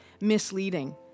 misleading